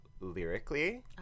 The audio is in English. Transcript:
lyrically